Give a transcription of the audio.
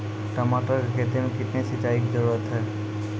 टमाटर की खेती मे कितने सिंचाई की जरूरत हैं?